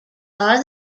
are